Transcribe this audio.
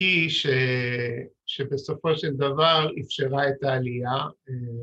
היא שבסופו של דבר איפשרה את העלייה.